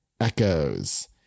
Echoes